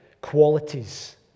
qualities